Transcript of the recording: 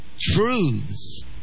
truths